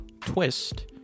twist